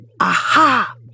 Aha